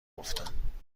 گفتم